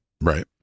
Right